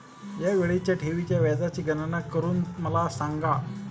या वेळीच्या ठेवीच्या व्याजाची गणना करून मला सांगा